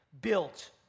built